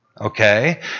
okay